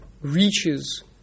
reaches